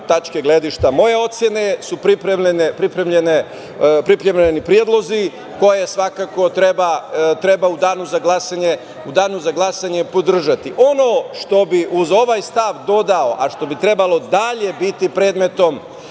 moje ocene, pripremljeni su predlozi koje svakako treba u danu za glasanje podržati. Ono što bih uz ovaj stav dodao, a što bi trebalo dalje biti predmet